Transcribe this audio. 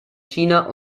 china